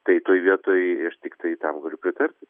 tai toj vietoj aš tiktai tam galiu pritarti